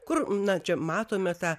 kur na čia matome tą